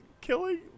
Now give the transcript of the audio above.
killing